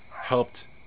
helped